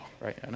right